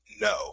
No